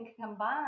combine